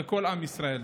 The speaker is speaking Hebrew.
לכל עם ישראל.